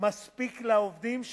מספק לעובדים,